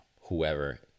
whoever